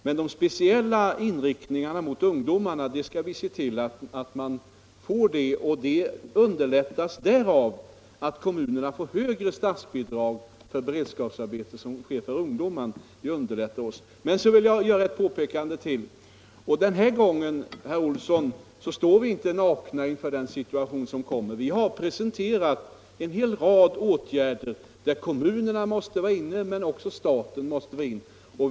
Men de speciella inriktningarna mot ungdomarna skall vi se till att man får, och det underlättas därav att kommunerna erhåller högre startbidrag för beredskapsarbete som sker för ungdomar. Men så vill jag göra ett påpekande till. Och den här gången, herr Olsson i Edane, står vi inte nakna inför den situation som kommer. Vi har presenterat en hel rad åtgärder där kommunerna måste vara med men där också staten går in.